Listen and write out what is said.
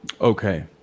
okay